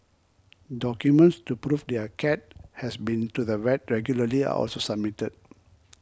documents to prove their cat has been to the vet regularly are also submitted